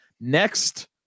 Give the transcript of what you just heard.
next